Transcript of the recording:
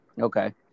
Okay